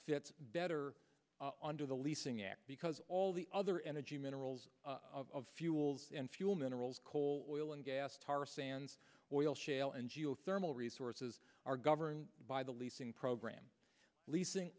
fits better under the leasing act because all the other energy minerals of fuels and fuel minerals coal oil and gas tar sands oil shale and geothermal resources are governed by the leasing program leasing